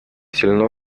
сильно